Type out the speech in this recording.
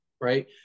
right